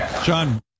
John